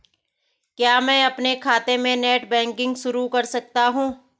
क्या मैं अपने खाते में नेट बैंकिंग शुरू कर सकता हूँ?